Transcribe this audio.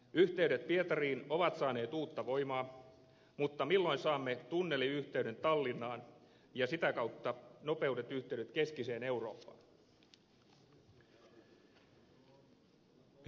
yhteydet pietariin ovat saaneet uutta voimaa mutta milloin saamme tunneliyhteyden tallinnaan ja sitä kautta nopeat yhteydet keskiseen eurooppaan